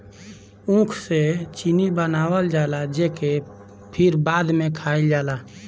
ऊख से चीनी बनावल जाला जेके फिर बाद में खाइल जाला